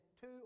two